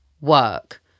work